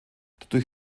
dadurch